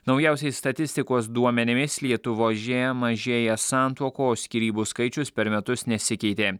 naujausiais statistikos duomenimis lietuvo žėja mažėja santuokų o skyrybų skaičius per metus nesikeitė